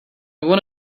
want